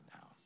now